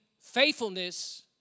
faithfulness